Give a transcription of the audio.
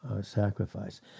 sacrifice